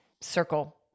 circle